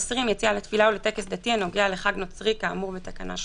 "(20) יציאה לתפילה או לטקס דתי הנוגע לחג נוצרי כאמור בתקנה 30."